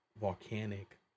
volcanic